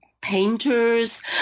painters